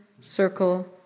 circle